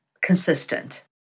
consistent